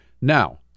now